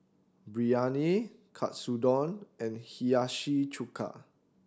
Biryani Katsudon and Hiyashi Chuka